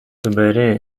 دوباره